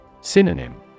Synonym